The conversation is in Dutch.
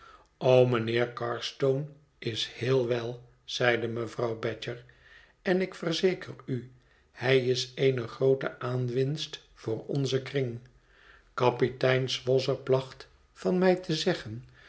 o mijnheer carstone is heel wel zéide mevrouw badger en ik verzeker u hij is eene groote aanwinst voor onzen kring kapitein swosser placht van mij te zeggen